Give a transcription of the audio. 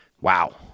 Wow